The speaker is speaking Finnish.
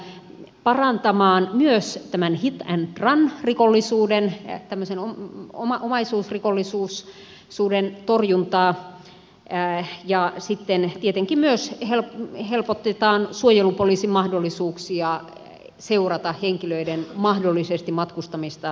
tällä pystytään parantamaan myös hit and run rikollisuuden tämmöisen omaisuusrikollisuuden torjuntaa ja sitten tietenkin myös helpotetaan suojelupoliisin mahdollisuuksia seurata henkilöiden mahdollista matkustamista taistelualueille